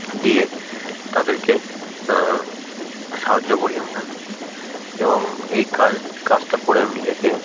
দিয়ে তাদেরকে সাহায্য করি আমরা এবং এই কাজ কাজটা করে আমি নিজেকে